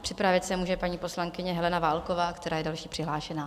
Připravit se může paní poslankyně Helena Válková, která je další přihlášená.